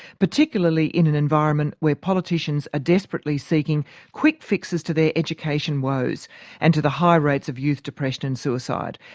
particularly in an environment where politicians are ah desperately seeking quick fixes to their education woes and to the high rates of youth depression and suicide.